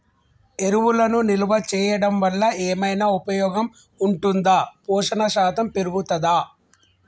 ఎరువులను నిల్వ చేయడం వల్ల ఏమైనా ఉపయోగం ఉంటుందా పోషణ శాతం పెరుగుతదా?